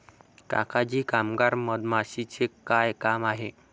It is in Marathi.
काका जी कामगार मधमाशीचे काय काम आहे